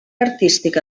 artística